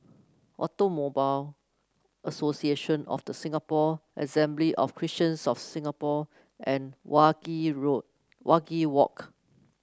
Automobile Association of The Singapore Assembly of Christians of Singapore and Wajek Road Wajek Walk